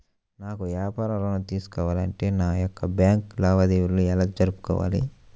నాకు వ్యాపారం ఋణం తీసుకోవాలి అంటే నా యొక్క బ్యాంకు లావాదేవీలు ఎలా జరుపుకోవాలి?